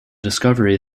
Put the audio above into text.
discovery